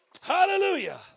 Hallelujah